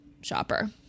shopper